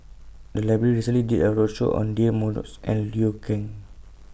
The Library recently did A roadshow on Deirdre Moss and Liu Kang